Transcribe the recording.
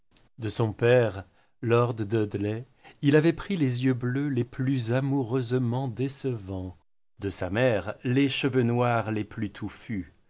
de son père lord dudley il avait pris les yeux bleus les plus amoureusement décevants de sa mère les cheveux noirs les plus touffus